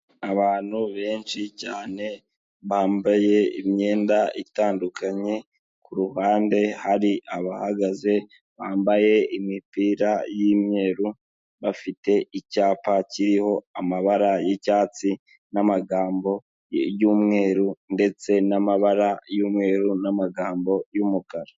Abantu benshi cyane bambaye imyenda itandukanye, ku ruhande hari abahagaze bambaye imipira y'imyeru bafite icyapa kiriho amabara y'icyatsi n'amagambo y'umweru ndetse n'amabara y'umweru n'amagambo y'umukara.